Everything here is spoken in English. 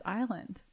island